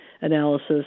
analysis